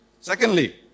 Secondly